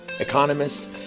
Economists